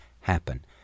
happen